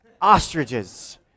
Ostriches